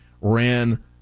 ran